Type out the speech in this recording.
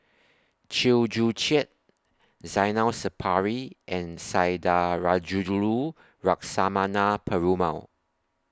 Chew Joo Chiat Zainal Sapari and Sundarajulu Lakshmana Perumal